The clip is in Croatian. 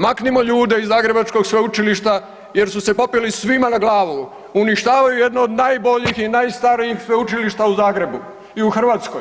Maknimo ljude iz zagrebačkog sveučilišta jer su se popeli svima na glavu, uništavaju jedno od najboljih i najstarijih sveučilišta u Zagrebu i u Hrvatskoj,